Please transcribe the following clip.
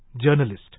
journalist